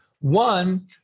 One